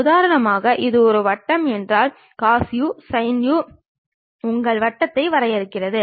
உதாரணமாக இது ஒரு வட்டம் என்றால் cos u sin u உங்கள் வட்டத்தை வரையறுக்கிறது